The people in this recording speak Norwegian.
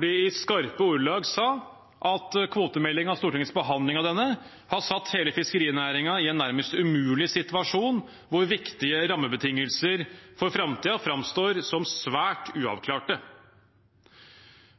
de i skarpe ordelag sa at «kvotemeldingen og Stortingets behandling av denne, har satt hele fiskerinæringen i en nærmest umulig situasjon hvor viktige rammebetingelser for framtida fremstår som svært uavklarte».